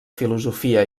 filosofia